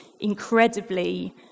incredibly